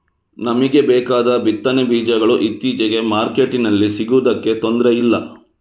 ನಮಿಗೆ ಬೇಕಾದ ಬಿತ್ತನೆ ಬೀಜಗಳು ಇತ್ತೀಚೆಗೆ ಮಾರ್ಕೆಟಿನಲ್ಲಿ ಸಿಗುದಕ್ಕೆ ತೊಂದ್ರೆ ಇಲ್ಲ